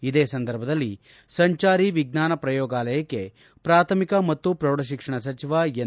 ಇದೇ ಸಂದರ್ಭದಲ್ಲಿ ಸಂಚಾರಿ ವಿಜ್ಞಾನ ಪ್ರಯೋಗಾಲಯಕ್ಕೆ ಪ್ರಾಥಮಿಕ ಮತ್ತು ಪ್ರೌಢಶಿಕ್ಷಣ ಸಚಿವ ಎನ್